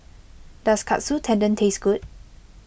does Katsu Tendon taste good